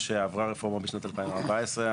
כשעברה הרפורמה בשנת 2014,